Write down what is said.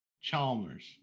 Chalmers